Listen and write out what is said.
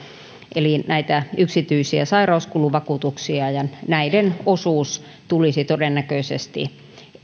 eli näitä yksityisiä sairauskuluvakuutuksia yli kahdellesadalletuhannelle työntekijälle ja näiden osuus tulisi todennäköisesti